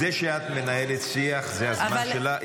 זה שאת מנהלת שיח, זה הזמן שלך.